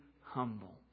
Humble